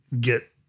get